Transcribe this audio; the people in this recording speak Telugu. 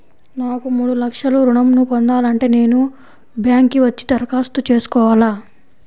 నాకు మూడు లక్షలు ఋణం ను పొందాలంటే నేను బ్యాంక్కి వచ్చి దరఖాస్తు చేసుకోవాలా?